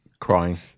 Crying